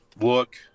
look